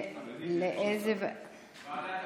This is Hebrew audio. לאיזו ועדה?